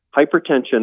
hypertension